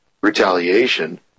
retaliation